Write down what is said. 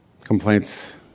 Complaints